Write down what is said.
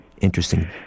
Interesting